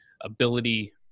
ability